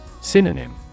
Synonym